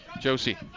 Josie